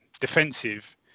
defensive